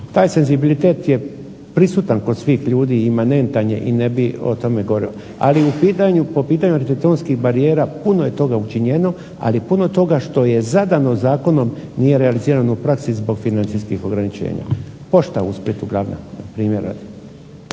Taj senzibilitet je prisutan kod svih ljudi imanentna je i ne bih o tome govorio. Ali po pitanju arhitektonskih barijera puno je toga učinjeno ali puno toga što je zadano zakonom nije realizirano u praksi zbog financijskih ograničenja. Pošta u Splitu glavni